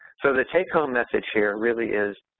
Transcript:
so the take-home message here really is